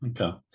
Okay